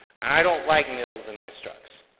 i don't like nils in my structs.